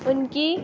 ان کی